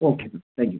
okay thank you